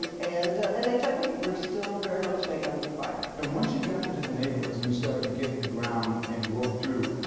um and and h i v. we're still very much an h i v. provider. and once you got into the neighborhoods and you started to get in the ground and work through,